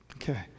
okay